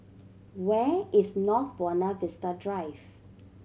where is North Buona Vista Drive